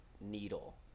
Needle